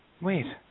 Wait